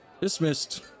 Dismissed